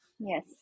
yes